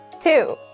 Two